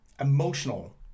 emotional